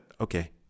okay